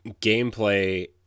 gameplay